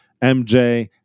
MJ